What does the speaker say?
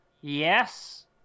Yes